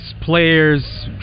players